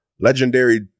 legendary